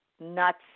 nuts